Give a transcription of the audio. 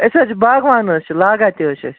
أسۍ حظ چھِ باغوان حظ چھِ لاگان تہِ حظ چھِ أسۍ